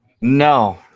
No